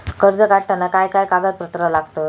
कर्ज काढताना काय काय कागदपत्रा लागतत?